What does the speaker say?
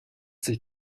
sich